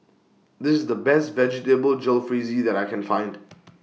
This IS The Best Vegetable Jalfrezi that I Can Find